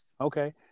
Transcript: Okay